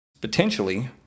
Potentially